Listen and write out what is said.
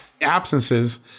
absences